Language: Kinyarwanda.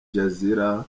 jazeera